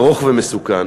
ארוך ומסוכן.